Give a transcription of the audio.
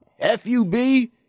F-U-B